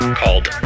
called